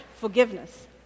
forgiveness